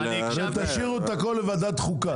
אבל --- אני מציע שתשאירו את הכול לוועדת החוקה.